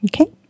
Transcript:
Okay